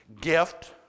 gift